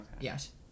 Yes